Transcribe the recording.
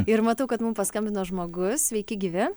ir matau kad mum paskambino žmogus sveiki gyvi